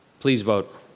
please vote.